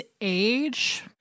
age